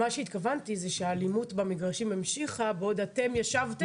מה שהתכוונתי זה שהאלימות במגרשים המשיכה בעוד אתם ישבתם,